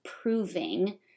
proving